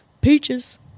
Peaches